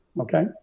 Okay